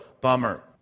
bummer